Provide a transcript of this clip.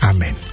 Amen